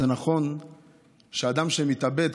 זה נכון שאדם שמתאבד,